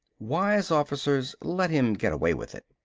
wise officers let him get away with it.